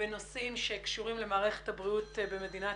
בנושאים שקשורים למערכת הבריאות במדינת